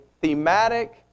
thematic